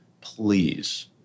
please